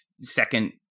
second